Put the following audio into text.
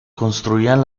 construían